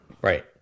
Right